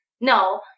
no